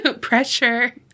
Pressure